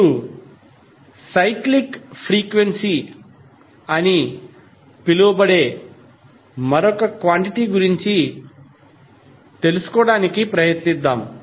ఇప్పుడు cyclic frequency అని పిలువబడే మరొక క్వాంటిటీ గురించి తెలుసుకోవడానికి ప్రయత్నిద్దాం